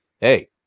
hey